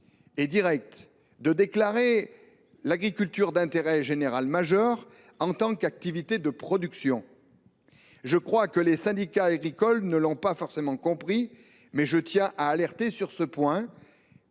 et direct de déclarer l’agriculture d’intérêt général majeur, en tant qu’activité de production. Les syndicats agricoles ne l’ont pas forcément compris, mais je tiens à insister sur ce point.